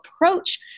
approach